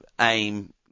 aim